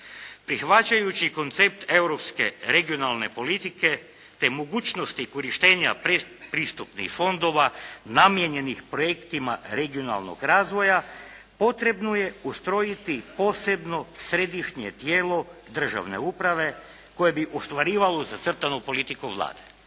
Prihvaćajući koncept europske regionalne politike te mogućnosti korištenja predpristupnih fondova namijenjenih projektima regionalnog razvoja potrebno je ustrojiti posebno središnje tijelo državne uprave koje bi ostvarivalo zacrtanu politiku Vlade.